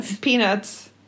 peanuts